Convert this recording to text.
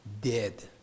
dead